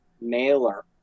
mailer